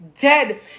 dead